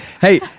Hey